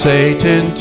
Satan